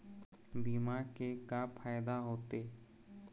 बीमा के का फायदा होते?